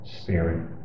spirit